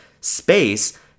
space